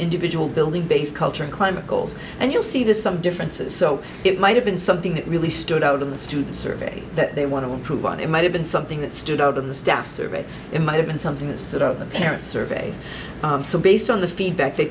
individual building based culture climate goals and you'll see this some differences so it might have been something that really stood out in the student survey that they want to improve on it might have been something that stood out in the staff survey it might have been something that's sort of the parents surveyed so based on the feedback they